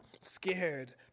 scared